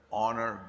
honor